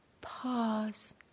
pause